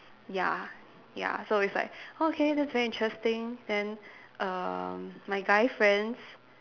ya ya so it's like oh okay that's very interesting then erm my guy friends